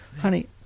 Honey